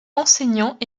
enseignants